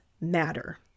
matter